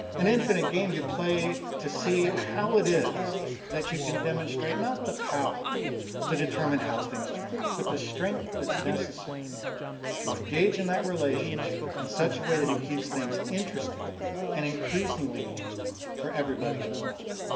an infinite game you play to see how it is that you can demonstrate, not the power to determine how things turn out but the strength that's necessary to engage in that relationship in such a way that it keeps things interesting and increasingly interesting for everybody involved.